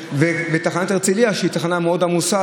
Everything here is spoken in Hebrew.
ואת תחנת הרצליה שהיא תחנה מאוד עמוסה,